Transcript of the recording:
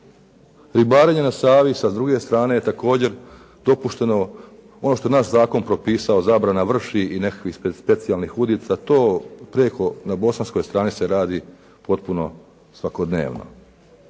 Ribarenje na Savi sa druge strane je također dopušteno, ono što je naš zakon propisao, zabrana vrši i nekakvih specijalnih udica, to preko na bosanskoj strani se radi potpuno svakodnevno.